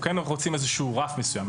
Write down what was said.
אנחנו כן רוצים איזשהו רף מסוים.